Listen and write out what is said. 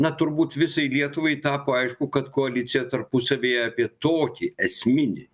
na turbūt visai lietuvai tapo aišku kad koalicija tarpusavyje apie tokį esminį